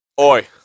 Oi